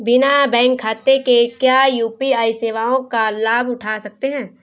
बिना बैंक खाते के क्या यू.पी.आई सेवाओं का लाभ उठा सकते हैं?